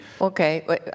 Okay